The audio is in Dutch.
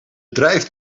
drijft